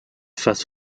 face